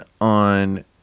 on